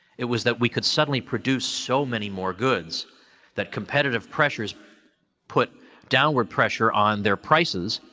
it was that we could suddenly produce so many more goods that competitive pressures put downward pressure on their prices,